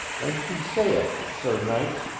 and she saith, sir knights,